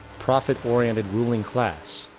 profit oriented ruling class